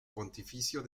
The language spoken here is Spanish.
pontificio